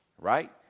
Right